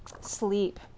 sleep